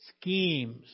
schemes